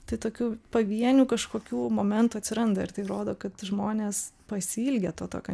tai tokių pavienių kažkokių momentų atsiranda ir tai rodo kad žmonės pasiilgę to tokio